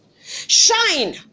Shine